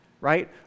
right